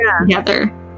together